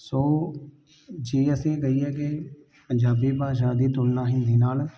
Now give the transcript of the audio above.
ਸੋ ਜੇ ਅਸੀਂ ਕਹੀਏ ਕਿ ਪੰਜਾਬੀ ਭਾਸ਼ਾ ਦੀ ਤੁਲਨਾ ਹਿੰਦੀ ਨਾਲ